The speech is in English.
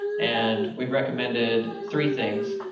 and we've recommended three things,